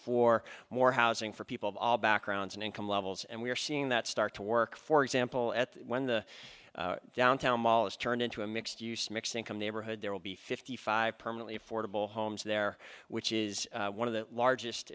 for more housing for people of all backgrounds and income levels and we're seeing that start to work for example at when the downtown mall is turned into a mixed use mixed income neighborhood there will be fifty five permanently affordable homes there which is one of the largest